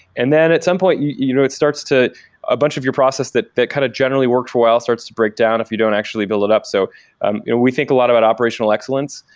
and then at some point, you know it starts to a bunch of your process that that kind of generally works well starts to break down if you don't actually build it up. so um you know we think a lot about operational excellence.